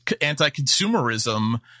anti-consumerism